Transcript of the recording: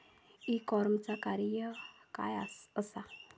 E कॉमर्सचा कार्य काय असा?